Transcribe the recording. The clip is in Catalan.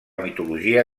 mitologia